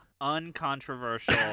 uncontroversial